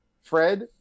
Fred